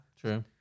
true